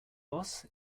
loss